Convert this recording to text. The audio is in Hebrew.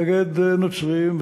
נגד נוצרים,